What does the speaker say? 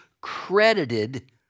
credited